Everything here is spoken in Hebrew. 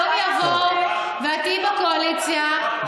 יום יבוא ואת תהיי בקואליציה,